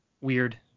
weird